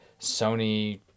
Sony